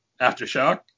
aftershock